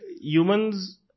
humans